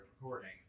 recording